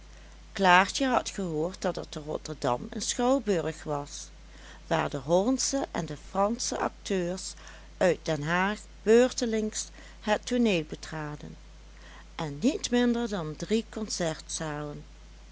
klaartje had gehoord dat er te rotterdam een schouwburg was waar de hollandsche en de fransche acteurs uit den haag beurtelings het tooneel betraden en niet minder dan drie concertzalen